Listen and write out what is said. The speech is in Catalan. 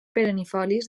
perennifolis